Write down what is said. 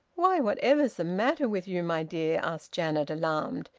why, whatever's the matter with you, my dear? asked janet, alarmed.